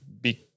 big